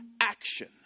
action